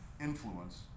influence